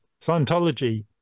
Scientology